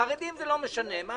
החרדים זה לא משנה, מה חרדים.